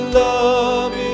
love